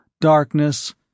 darkness